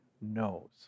knows